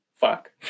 fuck